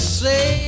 say